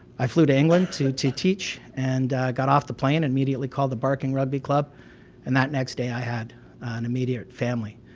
i flew to england to to teach and got off the plane, and immediately called the berking rugby club and that next day i had an immediate family,